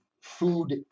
food